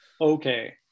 Okay